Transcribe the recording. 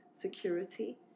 Security